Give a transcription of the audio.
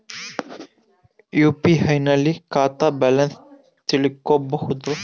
UPI ನಲ್ಲಿ ಖಾತಾ balance ತಿಳಕೊ ಬಹುದಾ?